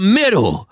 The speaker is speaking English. middle